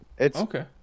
Okay